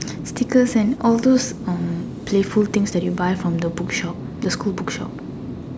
stickers and all those um playful things that you buy from the bookshop the school bookshop